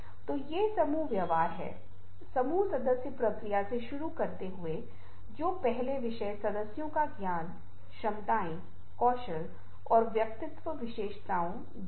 तो आप देखते हैं कि ग्रंथ इस तरह से व्यवहार करते हैं जो उस अर्थ को संप्रेषित करता है जिसे वे व्यक्त करने की कोशिश कर रहे हैं